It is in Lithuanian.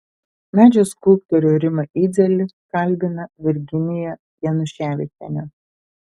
medžio skulptorių rimą idzelį kalbina virginija januševičienė